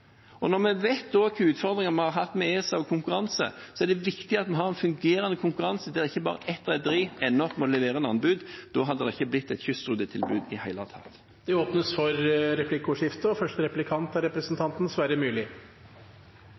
Når vi også vet hvilke utfordringer vi har hatt med ESA om konkurranse, er det viktig at vi har en fungerende konkurranse der ikke bare ett rederi ender opp med å levere inn anbud. Da hadde det ikke blitt et kystrutetilbud i det hele tatt. Det blir replikkordskifte.